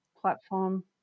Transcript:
platform